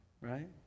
Right